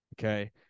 Okay